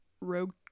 rogue